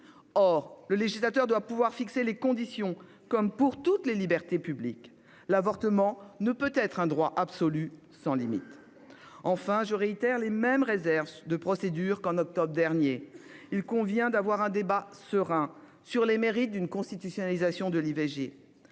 Or le législateur doit pouvoir en fixer les conditions, comme pour toutes les libertés publiques : l'avortement ne saurait être un droit absolu, sans limites. Enfin, je réitère les mêmes réserves de procédure qu'en octobre dernier : il convient d'avoir un débat serein sur les « mérites » d'une constitutionnalisation de l'IVG.